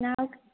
ନା ଆଉ